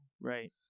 Right